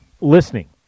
listening